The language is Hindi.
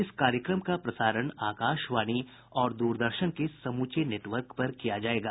इस कार्यक्रम का प्रसारण आकाशवाणी और द्रदर्शन के समूचे नेटवर्क पर किया जायेगा